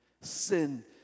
Sin